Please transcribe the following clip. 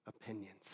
opinions